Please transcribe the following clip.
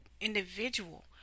individual